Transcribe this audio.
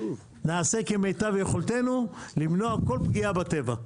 נעשה כמיטב יכולתנו למנוע כל פגיעה בטבע.